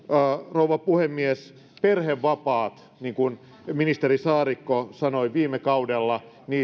rouva puhemies perhevapaita niin kuin ministeri saarikko sanoi viime kaudella